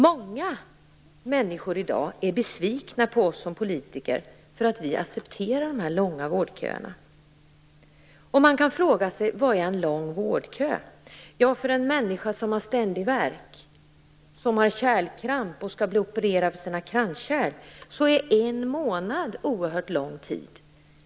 Många människor är i dag besvikna på oss som politiker för att vi accepterar de långa vårdköerna. Man kan fråga sig vad en lång vårdkö är. För en människa som har ständig värk, som har kärlkramp och skall bli opererad för sina kranskärl, är en månad oerhört lång tid.